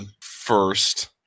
first